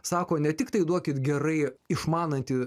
sako ne tiktai duokit gerai išmanantį